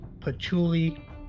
patchouli